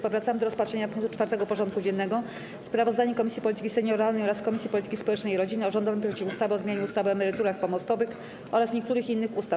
Powracamy do rozpatrzenia punktu 4. porządku dziennego: Sprawozdanie Komisji Polityki Senioralnej oraz Komisji Polityki Społecznej i Rodziny o rządowym projekcie ustawy o zmianie ustawy o emeryturach pomostowych oraz niektórych innych ustaw.